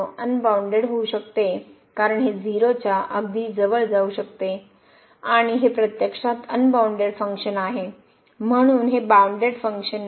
unbounded होऊ शकते कारण हे 0 च्या अगदी जवळ जाऊ शकते आणि हे प्रत्यक्षात अनबाउनडेड फंक्शन आहे म्हणून हे बाउनडेड फंक्शन नाही